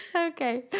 okay